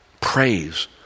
praise